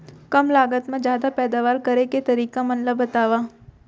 कम लागत मा जादा पैदावार करे के तरीका मन ला बतावव?